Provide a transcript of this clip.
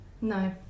No